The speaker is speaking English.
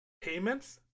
payments